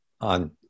on